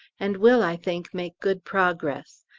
and will i think make good progress.